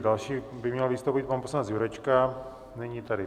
Další by měl vystoupit pan poslanec Jurečka, není tady.